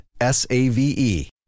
S-A-V-E